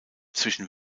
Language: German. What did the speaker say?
zwischen